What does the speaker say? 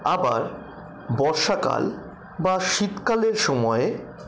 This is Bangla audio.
আবার বর্ষাকাল বা শীতকালের সময়ে